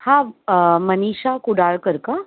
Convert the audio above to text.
हां मनीषा कुडाळकर का